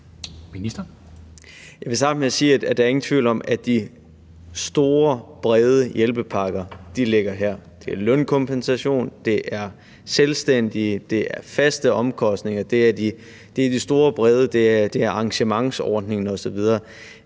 Kollerup): Jeg vil starte med at sige, at der ikke er nogen tvivl om, at de store brede hjælpepakker ligger her. Det drejer sig om lønkompensation, selvstændige, faste omkostninger; det er de store brede ordninger, arrangementsordningen osv.